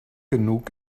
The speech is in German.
genug